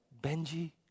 Benji